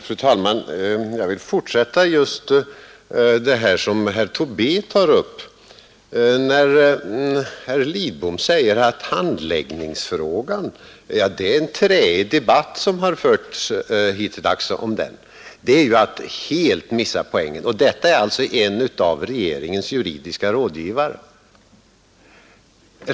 Fru talman! Jag vill fortsätta just med det som herr Tobé tog upp. Herr Lidbom säger att när det gäller handläggningsfrågan är det en träig debatt som har förts hittilldags. Det är ju att helt missa poängen. Och detta är alltså en av regeringens juridiska rådgivare!